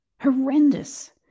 horrendous